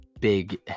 big